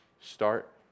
start